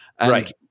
Right